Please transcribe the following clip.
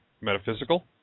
Metaphysical